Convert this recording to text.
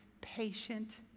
patient